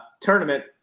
tournament